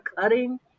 cutting